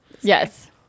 Yes